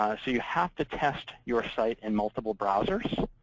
so you have to test your site in multiple browsers,